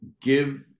give